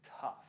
tough